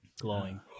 glowing